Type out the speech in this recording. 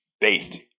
bait